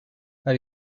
how